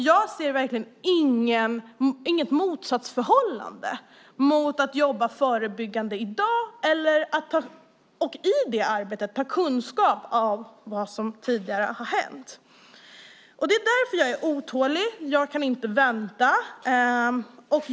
Jag ser verkligen inget motsatsförhållande mellan att jobba förebyggande i dag och att i det arbetet ta kunskap av vad som tidigare har hänt. Det är därför jag är otålig. Jag kan inte vänta.